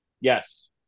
yes